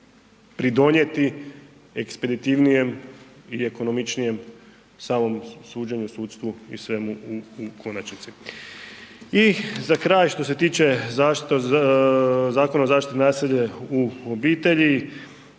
pridonijeti ekspeditivnijem i ekonomičnijem samom suđenju sudstvu i svemu u konačnici. I za kraj što se tiče Zakona o zaštiti od nasilja u obitelji,